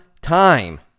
time